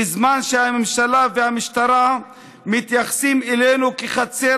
בזמן שהממשלה והמשטרה מתייחסים אלינו כחצר